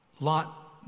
Lot